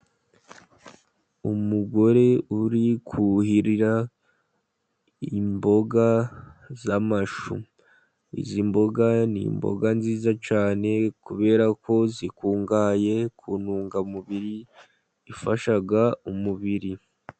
Umugore uri kuhirira imboga z'amashu. Izi mboga ni imboga nziza cyane, kubera ko zikungahaye ku ntungamubiri ifasha umubiri.